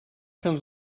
comes